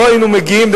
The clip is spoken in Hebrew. לא היינו מגיעים,